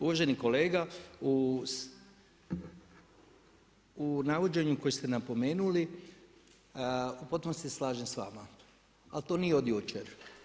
Uvaženi kolega, u navođenju kojeg ste napomenuli, u potpunosti se slažem s vama, ali to nije od jučer.